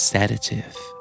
Sedative